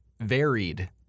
varied